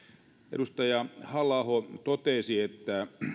edustaja halla aho totesi että